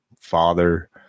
father